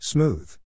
Smooth